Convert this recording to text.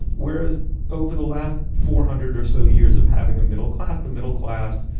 and whereas over the last four hundred or so years of having a middle class, the middle class,